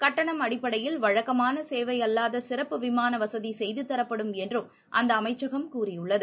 கட்டணம் அடிப்படையில் வழக்கமானசேவைஅல்லாதசிறப்பு விமானவசதிசெய்துதரப்படும் என்றும் அந்தஅமைச்சகம் கூறியுள்ளது